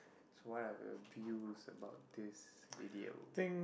so what are your views about this video